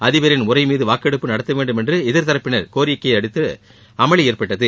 அதிபரின் உரைமீது வாக்கெடுப்பு நடத்தவேண்டும் என்று எதிர் தரப்பினர் கோரியதையடுத்து அமளி ஏற்பட்டது